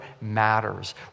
matters